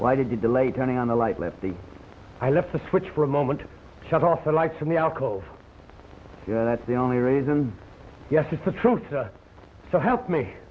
why did you delay turning on the light let the i left the switch for a moment cut off the lights in the alcove yeah that's the only reason yes it's the truth so help me